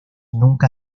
nunca